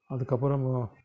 அதுக்கப்பறமாக